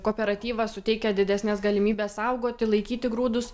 kooperatyvas suteikia didesnes galimybes saugoti laikyti grūdus